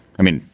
i mean,